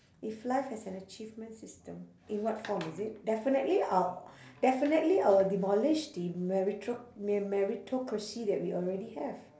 if life has an achievement system in what form is it definitely I'll definitely I will demolish the merito~ me~ meritocracy that we already have